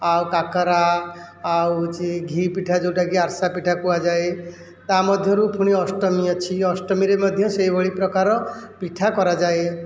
ଆଉ କାକରା ଆଉ ହେଉଛି ଘି ପିଠା ଯେଉଁଟା କି ଆରିଷା ପିଠା କୁହାଯାଏ ତା'ମଧ୍ୟରୁ ପୁଣି ଅଷ୍ଟମୀ ଅଛି ଅଷ୍ଟମୀରେ ମଧ୍ୟ ସେଇଭଳି ପ୍ରକାର ପିଠା କରାଯାଏ